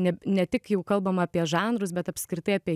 ne ne tik jau kalbam apie žanrus bet apskritai apie